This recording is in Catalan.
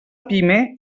pime